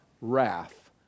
wrath